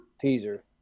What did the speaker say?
teaser